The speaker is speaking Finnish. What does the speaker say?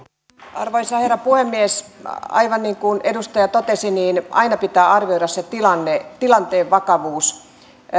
arvoisa herra puhemies aivan niin kuin edustaja totesi aina pitää arvioida se tilanteen vakavuus